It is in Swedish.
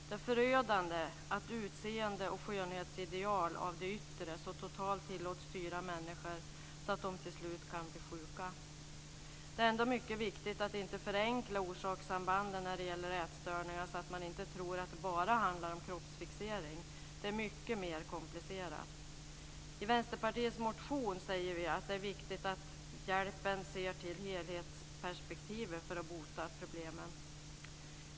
Det är förödande att utseende och skönhetsideal när det gäller det yttre så totalt tillåts styra människor att de till slut kan bli sjuka. Det är ändå mycket viktigt att inte förenkla orsakssambanden när det gäller ätstörningar så att man tror att det bara handlar om kroppsfixering. Det är mycket mer komplicerat. I Vänsterpartiets motion säger vi att det är viktigt att hjälpen ser till helhetsperspektiven för att bota problemen.